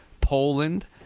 Poland